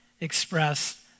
express